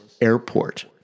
airport